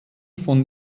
von